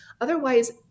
Otherwise